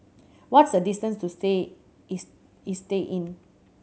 what is the distance to stay is Istay Inn